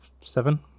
seven